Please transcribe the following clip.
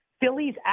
Philly's